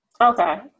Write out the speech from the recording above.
Okay